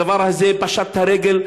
הדבר הזה פשט את הרגל,